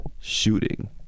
Shooting